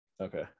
okay